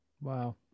Wow